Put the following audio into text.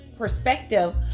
perspective